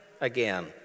again